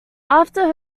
after